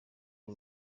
uru